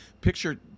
picture